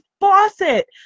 faucet